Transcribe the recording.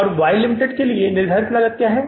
और Y Ltd में निर्धारित लागत क्या है